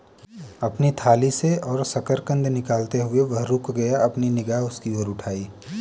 अपनी थाली से और शकरकंद निकालते हुए, वह रुक गया, अपनी निगाह उसकी ओर उठाई